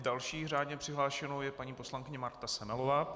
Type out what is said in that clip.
Další řádně přihlášenou je paní poslankyně Marta Semelová.